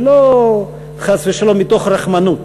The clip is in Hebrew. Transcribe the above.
ולא חס ושלום מתוך רחמנות,